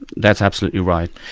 that's absolutely right.